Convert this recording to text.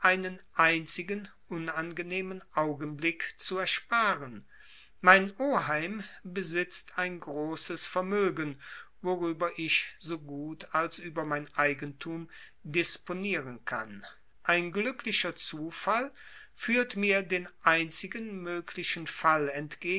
einzigen unangenehmen augenblick zu ersparen mein oheim besitzt ein großes vermögen worüber ich so gut als über mein eigentum disponieren kann ein glücklicher zufall führt mir den einzigen möglichen fall